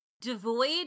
devoid